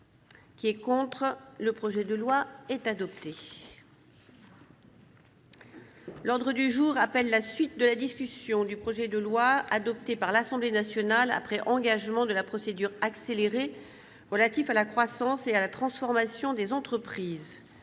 est favorable à l'adoption de ce texte. L'ordre du jour appelle la suite de la discussion du projet de loi, adopté par l'Assemblée nationale après engagement de la procédure accélérée, relatif à la croissance et la transformation des entreprises